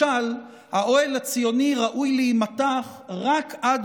משל האוהל הציוני ראוי להימתח רק עד